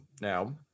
now